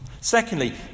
Secondly